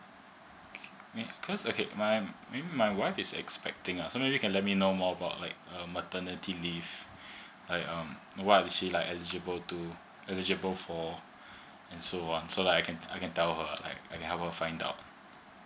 mm cause okay my maybe my wife is expecting uh so you can let me know more about like a maternity leave like um what is she like eligible to eligible for and so on so that I can I can tell her I can help her find out